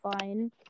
fine